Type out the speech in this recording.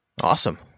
awesome